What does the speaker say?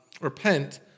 repent